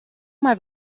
mal